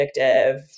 addictive